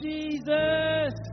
Jesus